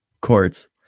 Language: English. courts